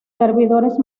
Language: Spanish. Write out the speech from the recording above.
servidores